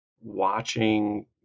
Watching